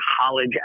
college